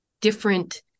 different